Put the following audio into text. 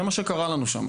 זה מה שקרה לנו שם.